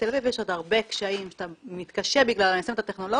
בתל אביב יש עוד הרבה קשיים שאתה מתקשה בגללם ליישם את הטכנולוגיה,